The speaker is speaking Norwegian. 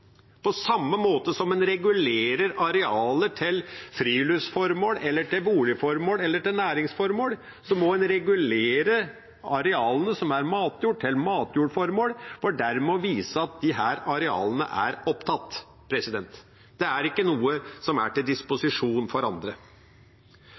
På samme måte som en regulerer arealer til friluftsformål, til boligformål eller til næringsformål, må en regulere arealene som er matjord, til matjordformål, for dermed å vise at disse arealene er opptatt. Det er ikke noe som er til